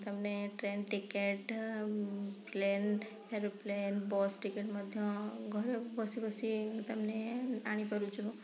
ତା ମାନେ train ticket plane aeroplane bus ticket ମଧ୍ୟ ଘରେ ବସି ବସି ତା ମାନେ ଆଣିପାରୁଛୁ